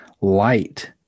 light